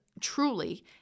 truly